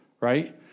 right